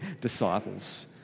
disciples